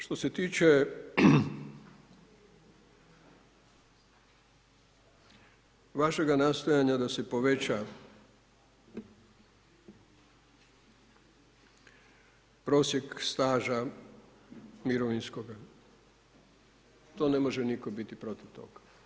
Što se tiče vašega nastojanja da se poveća prosjek staža mirovinskog to ne može biti nitko protiv toga.